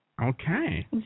Okay